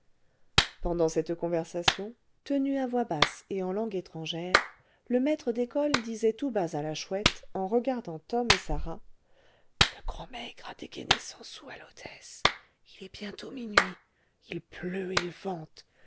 pendant cette conversation tenue à voix basse et en langue étrangère le maître d'école disait tout bas à la chouette en regardant tom et sarah le grand maigre a dégainé cent sous à l'ogresse il est bientôt minuit il pleut il vente